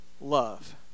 love